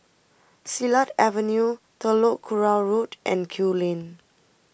Silat Avenue Telok Kurau Road and Kew Lane